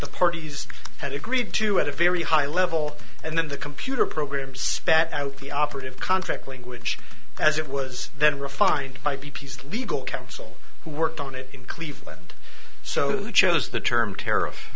the parties had agreed to at a very high level and then the computer program spat out the operative contract language as it was then refined by b p s legal counsel who worked on it in cleveland so they chose the term tariff